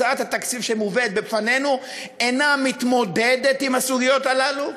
הצעת התקציב שמובאת בפנינו אינה מתמודדת עם הסוגיות הללו,